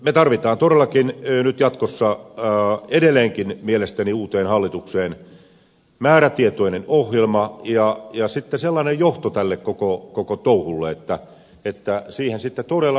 me tarvitsemme todellakin nyt jatkossa edelleenkin mielestäni uuteen hallitukseen määrätietoisen ohjelman ja sellaisen johdon koko tälle touhulle että siihen sitten todella ryhdytään